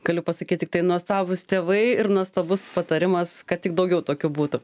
galiu pasakyt tiktai nuostabūs tėvai ir nuostabus patarimas kad tik daugiau tokių būtų